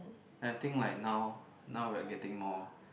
I think like now now we're getting more